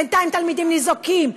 בינתיים תלמידים ניזוקים,